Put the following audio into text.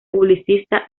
publicista